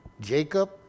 Jacob